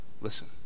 listen